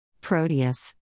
Proteus